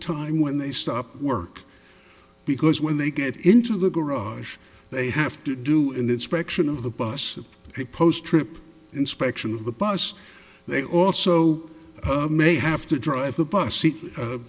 time when they stop work because when they get into the garage they have to do an inspection of the bus they post trip inspection of the bus they also may have to drive the bus